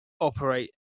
operate